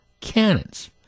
cannons